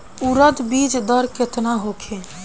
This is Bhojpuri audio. उरद बीज दर केतना होखे?